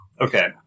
Okay